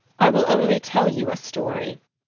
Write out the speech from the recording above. i will only tell you a story.